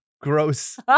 Gross